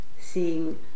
seeing